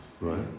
right